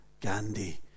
Gandhi